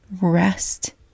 rest